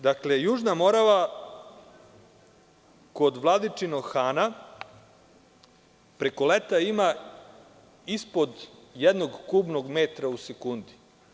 Dakle, Južna Morava kod Vladičinog Hana preko leta ima ispod jednog kubnog metra u sekundi.